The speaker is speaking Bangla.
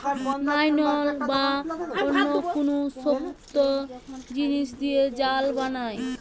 নাইলন বা অন্য কুনু শক্ত জিনিস দিয়ে জাল বানায়